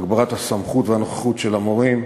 הגברת הסמכות והנוכחות של המורים,